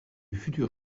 futur